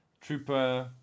Trooper